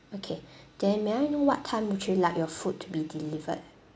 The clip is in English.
okay then may I know what time would you like your food to be delivered